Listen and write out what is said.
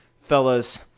Fellas